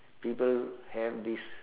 people have this